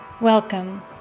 Welcome